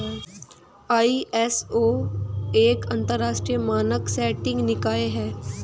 ISO एक अंतरराष्ट्रीय मानक सेटिंग निकाय है